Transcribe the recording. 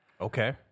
Okay